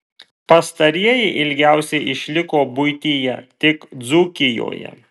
pastarieji ilgiausiai išliko buityje tik dzūkijoje